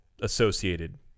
associated